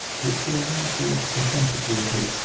which she allowed to rest contentedly in his.